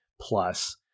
plus